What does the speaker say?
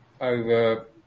over